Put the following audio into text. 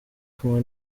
kumwe